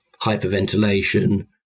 hyperventilation